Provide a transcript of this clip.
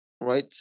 right